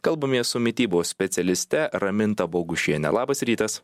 kalbamės su mitybos specialiste raminta bogušiene labas rytas